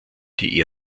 die